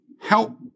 help